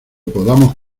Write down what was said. podamos